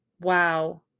wow